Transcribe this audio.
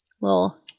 little